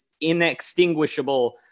inextinguishable